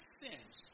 sins